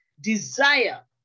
Desire